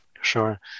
Sure